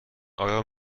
آیا